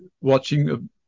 watching